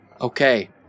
Okay